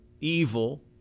evil